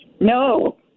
no